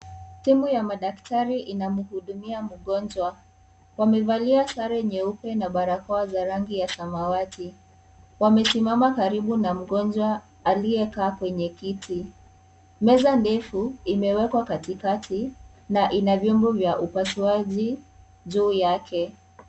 Timu ya madaktari inamhudumia mgonjwa, wamevalia sare nyeupe na barakoa za rangi ya samawati, wamesimama karibu na mgonjwa aliyekaa kwenye kiti, meza ndefu imewekwa katikati na ina vyombo vya upasuaji juu yake.